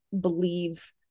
believe